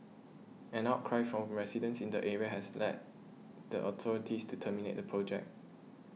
an outcry from residents in the area has led the authorities to terminate the project